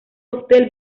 cóctel